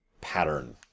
pattern